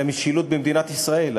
על המשילות במדינת ישראל.